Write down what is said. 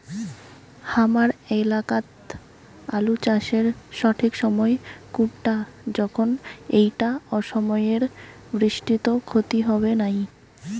হামার এলাকাত আলু চাষের সঠিক সময় কুনটা যখন এইটা অসময়ের বৃষ্টিত ক্ষতি হবে নাই?